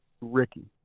Ricky